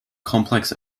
complex